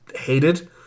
hated